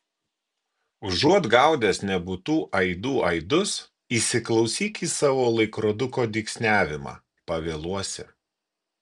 užuot gaudęs nebūtų aidų aidus įsiklausyk į savo laikroduko dygsniavimą pavėluosi